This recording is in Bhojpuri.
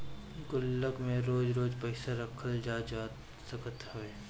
गुल्लक में रोज रोज पईसा रखल जा सकत हवे